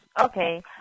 Okay